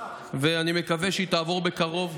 ואני מקווה שהיא תעבור בקרוב.